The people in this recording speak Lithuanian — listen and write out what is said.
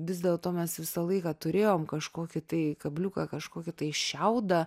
vis dėl to mes visą laiką turėjom kažkokį tai kabliuką kažkokį tai šiaudą